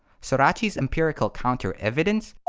sorachi's empirical counter-evidence,